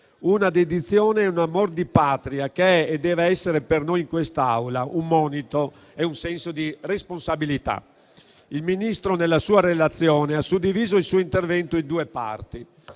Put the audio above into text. una dedizione e un amor di Patria che sono e devono essere per noi in quest'Aula un monito e un esempio di senso di responsabilità. Il Ministro nella sua relazione ha suddiviso il suo intervento in due parti: